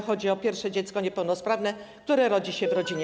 Chodzi o pierwsze dziecko niepełnosprawne, które rodzi się w rodzinie.